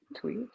tweet